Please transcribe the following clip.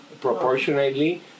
proportionately